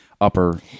upper